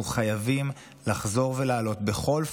אנחנו חייבים לחזור ולעלות בכל פורום,